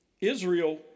Israel